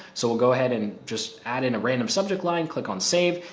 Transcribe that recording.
so we'll go ahead and just add in a random subject line click on save,